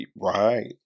Right